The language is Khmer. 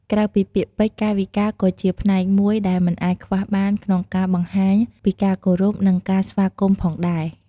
ក្រៅពីពាក្យពេចន៍ កាយវិការក៏ជាផ្នែកមួយដែលមិនអាចខ្វះបានក្នុងការបង្ហាញពីការគោរព និងការស្វាគមន៍ផងដែរ។